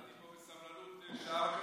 המתנתי פה בסבלנות שעה וחצי.